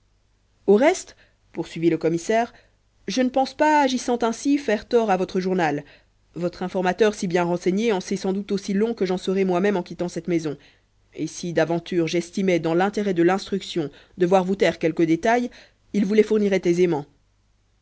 au reste poursuivit le commissaire je ne pense pas agissant ainsi faire tort à votre journal votre informateur si bien renseigné en sait sans doute aussi long que j'en saurai moi-même en quittant cette maison et si d'aventure j'estimais dans l'intérêt de l'instruction devoir vous taire quelques détails il vous les fournirait aisément